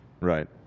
Right